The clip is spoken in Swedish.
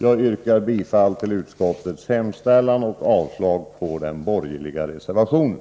Jag yrkar bifall till utskottets hemställan och avslag på den borgerliga reservationen.